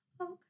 Okay